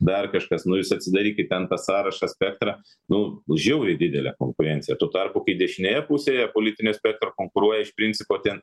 dar kažkas nu jūs atsidarykit ten tą sąrašą spektrą nu nu žiauriai didelė konkurencija tuo tarpu kai dešinėje pusėje politinio spektro konkuruoja iš principo ten